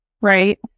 right